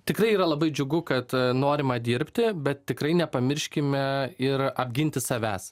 tikrai yra labai džiugu kad norima dirbti bet tikrai nepamirškime ir apginti savęs